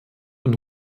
und